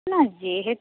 না যেহে